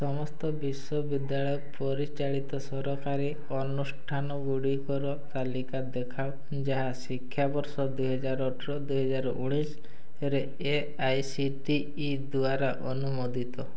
ସମସ୍ତ ବିଶ୍ୱବିଦ୍ୟାଳୟ ପରିଚାଳିତ ସରକାରୀ ଅନୁଷ୍ଠାନଗୁଡ଼ିକର ତାଲିକା ଦେଖାଅ ଯାହା ଶିକ୍ଷାବର୍ଷ ଦୁଇହାଜର ଅଠର ଦୁଇହାଜର ଉଣେଇଶିରେ A I C T E ଦ୍ଵାରା ଅନୁମୋଦିତ